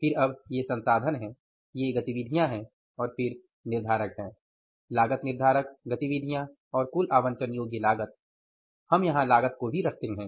फिर अब ये संसाधन हैं ये गतिविधियां हैं और फिर निर्धारक हैं लागत निर्धारक गतिविधियाँ और कुल आवंटन योग्य लागत हम यहाँ लागत को भी रखते हैं